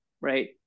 right